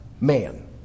man